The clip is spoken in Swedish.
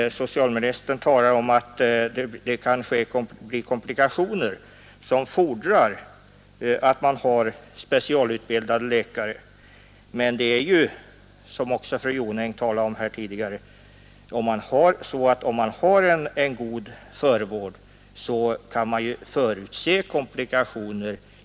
Socialministern talar om att det kan bli komplikationer som fordrar att man har specialutbildade läkare. Men det är ju så — som också fru Jonäng sade här tidigare — att om man har en god förvård kan man i de allra flesta fall förutse komplikationerna.